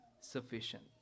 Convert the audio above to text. sufficient